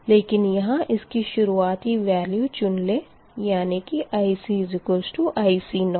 लेकिन यहाँ इसकी शुरुआती वेल्यू चुन लें यानी कि ICIC0